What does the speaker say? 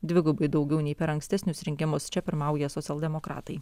dvigubai daugiau nei per ankstesnius rinkimus čia pirmauja socialdemokratai